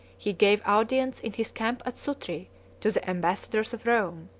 he gave audience in his camp at sutri to the ambassadors of rome,